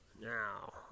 Now